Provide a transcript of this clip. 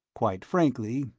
quite frankly,